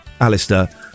Alistair